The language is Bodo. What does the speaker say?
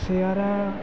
सियारा